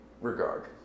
regard